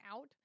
out